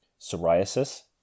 Psoriasis